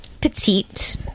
petite